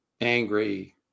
angry